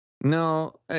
no